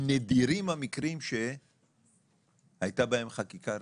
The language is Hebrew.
נדירים המקרים שהייתה בהם חקיקה רטרואקטיבית,